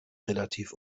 relativ